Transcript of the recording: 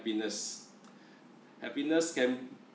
happiness happiness can